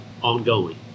ongoing